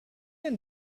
and